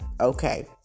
okay